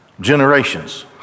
generations